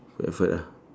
put effort ah